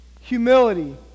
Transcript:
humility